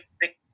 big